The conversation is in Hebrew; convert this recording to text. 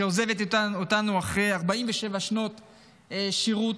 שעוזבת אותנו אחרי 47 שנות שירות.